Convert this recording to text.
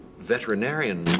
veterinarian